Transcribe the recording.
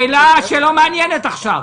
שאלה שלא מעניינת עכשיו.